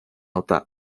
utah